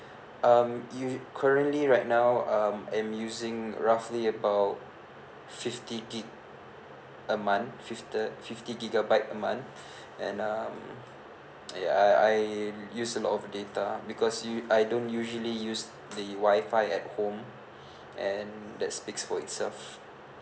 um usual currently right now um I'm using roughly about fifty gigabyte fif~ uh fifty gigabyte a month and um I I use a lot of data because use I don't usually use the Wi-Fi at home and that speaks for itself